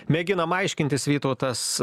mėginam aiškintis vytautas